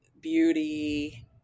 beauty